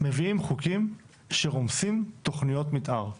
מביאים חוקים שרומסים תכניות מתאר כוללניות?